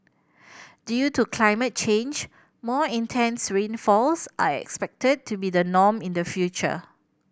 due to climate change more intense rainfalls are expected to be the norm in the future